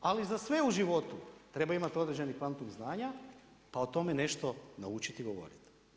Ali za sve u životu treba imati određeni kvantum znanja, pa o tome nešto naučiti i govoriti.